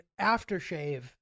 aftershave